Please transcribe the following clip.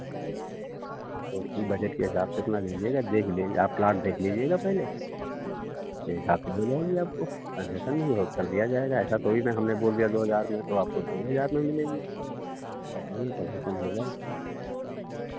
आप अपनी बजट के हिसाब से अपना लीजिएगा देख लीजिए आप प्लाट देख लीजिएगा पहले उसके हिसाब से मिल जाएगी आपको कन्सेशन भी हो कर दिया जाएगा ऐसा कोई ना हमने बोल दिया दो हज़ार में तो आपको दो ही हज़ार में मिलेगी पहले ही पैसे कम हो जाऍंगे